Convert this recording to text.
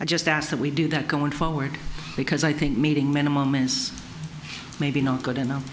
i just ask that we do that going forward because i think meeting minimum is maybe not good enough